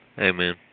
Amen